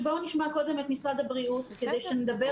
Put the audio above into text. בואו נשמע קודם את משרד הבריאות כדי שנדבר